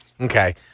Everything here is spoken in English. Okay